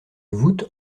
voûte